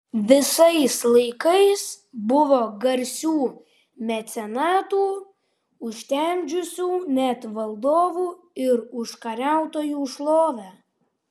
visais laikais buvo garsių mecenatų užtemdžiusių net valdovų ir užkariautojų šlovę